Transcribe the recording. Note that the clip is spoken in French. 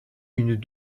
une